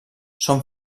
són